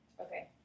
Okay